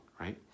right